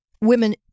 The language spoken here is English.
women